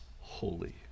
holy